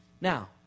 Now